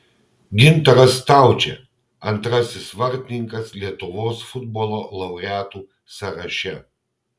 gintaras staučė antrasis vartininkas lietuvos futbolo laureatų sąraše